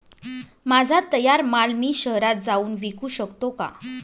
माझा तयार माल मी शहरात जाऊन विकू शकतो का?